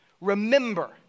remember